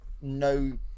No